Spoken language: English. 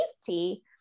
safety